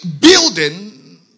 building